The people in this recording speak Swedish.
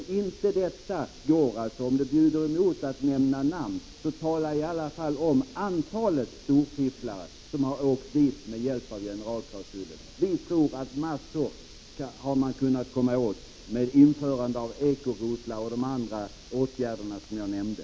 Om det bjuder er emot att nämna namn, så tala i alla fall om antalet storfifflare som har åkt fast med hjälp av denna klausul. Vi tror att man har kunnat komma åt massor genom införandet av eko-rotlar och de andra åtgärder som jag nämnde.